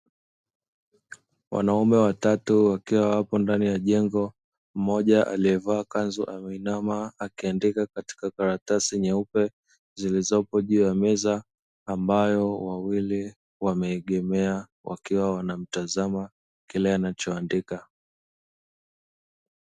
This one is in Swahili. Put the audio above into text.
Wanaume watatu wakiwa wapo ndani ya jengo, mmoja aliyevaa kanzu ameinama, akiandika katika karatasi nyeupe zilizopo juu ya meza. Ambapo wawili wameegemea, wakiwa wanamtazama kile anachoandika.